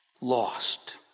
lost